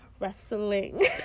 Wrestling